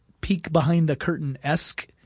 peek-behind-the-curtain-esque